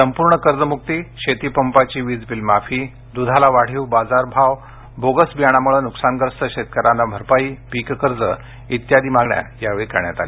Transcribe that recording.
संपूर्ण कर्जम्क्ती शेतीपंपाची वीज बिल माफी द्धाला वाढीव बाजार भाव बोगस बियाणांमुळे न्कसानग्रस्त शेतकऱ्यांना भरपाई पीक कर्ज आदी विविध मागण्या यावेळी करण्यात आल्या